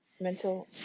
mental